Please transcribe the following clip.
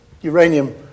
uranium